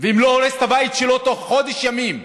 ואם הוא לא הורס את הבית שלו תוך חודש ימים,